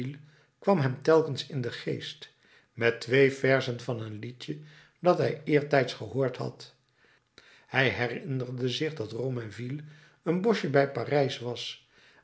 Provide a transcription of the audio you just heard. kwam hem telkens in den geest met twee verzen van een liedje dat hij eertijds gehoord had hij herinnerde zich dat romainville een boschje bij parijs was